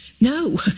No